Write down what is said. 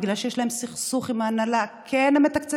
בגלל שיש להם סכסוך עם ההנהלה אם כן מתקצבים